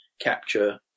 capture